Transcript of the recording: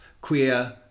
queer